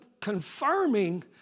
confirming